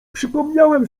przypomniałem